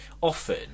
often